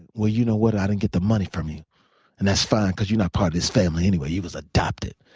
well, you know what i didn't get the money from you and that's fine because you're not part of this family, anyway. you was adopted.